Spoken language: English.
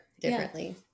differently